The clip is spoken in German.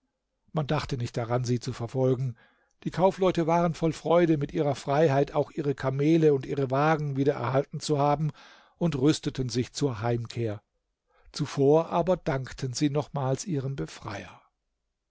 man dachte nicht daran sie zu verfolgen die kaufleute waren voll freude mit ihrer freiheit auch ihre kamele und wagen wieder erhalten zu haben und rüsteten sich zur heimkehr zuvor aber dankten sie nochmals ihrem befreier